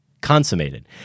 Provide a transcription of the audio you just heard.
Consummated